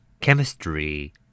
Chemistry